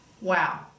Wow